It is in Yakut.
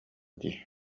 дии